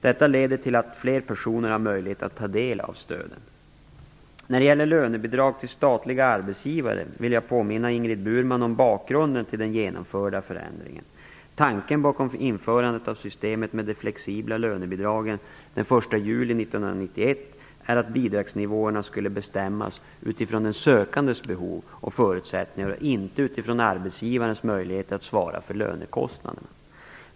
Detta leder till att fler personer har möjlighet att ta del av stöden. När det gäller lönebidrag till statliga arbetsgivare vill jag påminna Ingrid Burman om bakgrunden till den genomförda förändringen. Tanken bakom införandet av systemet med de flexibla lönebidragen den 1 juli 1991 är att bidragsnivåerna skulle bestämmas utifrån den sökandes behov och förutsättningar och inte utifrån arbetsgivarens möjligheter att svara för lönekostnaderna.